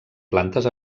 plantes